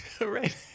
Right